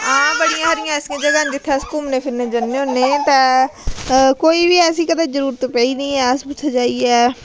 हां बड़िया हारियां ऐसियां जगह न जित्थें अस घूमने फिरने जन्ने होन्ने ते कोई बी ऐसी कदैं कोई जरूरत पेई नी ऐ अस बी उत्थें जाइयै